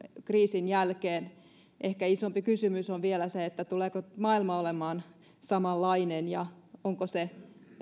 kriisin jälkeen ehkä isompi kysymys on vielä se tuleeko maailma olemaan samanlainen ja onko se